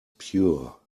pure